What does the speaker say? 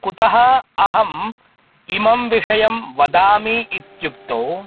कुतः अहम् इमं विषयं वदामि इत्युक्तौ